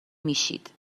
میشید